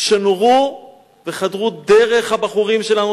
שנורו וחדרו דרך הבחורים שלנו,